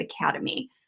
Academy